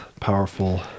powerful